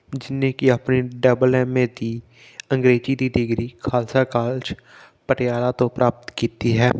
ਜਿਹਨੇ ਕਿ ਆਪਣੀ ਡਬਲ ਐਮ ਏ ਦੀ ਅੰਗਰੇਜ਼ੀ ਦੀ ਡਿਗਰੀ ਖਾਲਸਾ ਕਾਲਜ ਪਟਿਆਲਾ ਤੋਂ ਪ੍ਰਾਪਤ ਕੀਤੀ ਹੈ